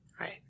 Right